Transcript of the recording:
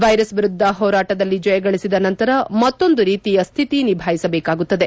ವ್ವೆರಸ್ ವಿರುದ್ದ ಹೋರಾಟದಲ್ಲಿ ಜಯಗಳಿಸಿದ ನಂತರ ಮತ್ತೊಂದು ರೀತಿಯ ಸ್ತಿತಿ ನಿಭಾಯಿಸಬೇಕಾಗುತ್ತದೆ